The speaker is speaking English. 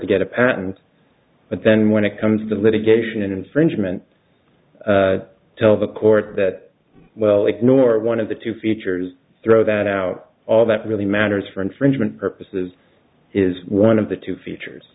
to get a patent but then when it comes to litigation and infringement tell the court that well ignore one of the two features throw that out all that really matters for infringement purposes is one of the two features